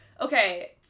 Okay